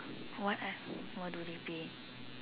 what ah what do they be